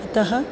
अतः